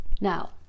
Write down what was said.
Now